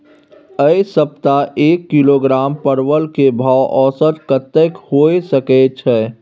ऐ सप्ताह एक किलोग्राम परवल के भाव औसत कतेक होय सके छै?